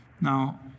Now